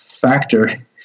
factor